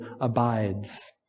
abides